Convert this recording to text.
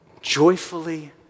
joyfully